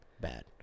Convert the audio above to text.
Bad